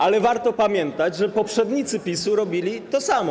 Ale warto pamiętać, że poprzednicy PiS-u robili to samo.